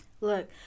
Look